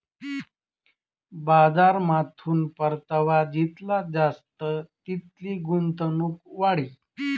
बजारमाथून परतावा जितला जास्त तितली गुंतवणूक वाढी